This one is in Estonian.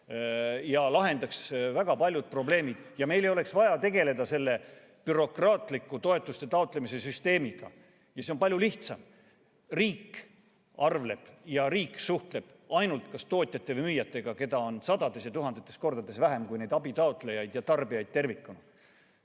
ja lahendaks väga paljud probleemid. Meil ei oleks siis vaja tegeleda selle bürokraatliku toetuste taotlemise süsteemiga. Oleks palju lihtsam, kui riik arveldab ja suhtleb ainult kas tootjate või müüjatega, keda on sadades ja tuhandetes kordades vähem kui abitaotlejaid ja tarbijaid tervikuna.